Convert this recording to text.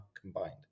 combined